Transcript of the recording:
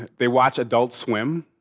they watch adult swim.